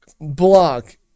Block